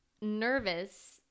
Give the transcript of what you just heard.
nervous